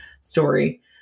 story